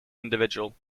individual